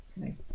Okay